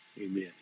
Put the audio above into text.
Amen